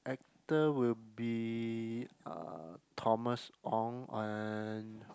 actor will be uh Thomas Ong and